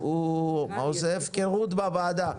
הוא עושה הפקרות בוועדה.